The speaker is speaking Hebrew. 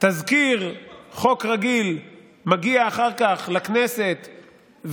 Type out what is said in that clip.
תזכיר חוק רגיל מגיע אחר כך לכנסת,